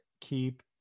keep